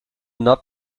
not